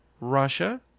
Russia